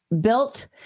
built